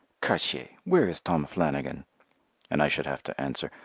cartier, where is tom flannigan and i should have to answer,